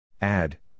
Add